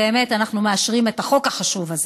באמת אנחנו מאשרים את החוק החשוב הזה,